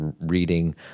reading